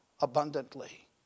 abundantly